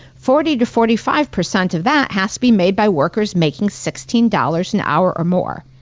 forty to forty five percent of that has to be made by workers making sixteen dollars an hour or more.